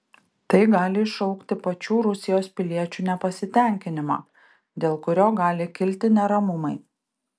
tai gali iššaukti pačių rusijos piliečių nepasitenkinimą dėl kurio gali kilti neramumai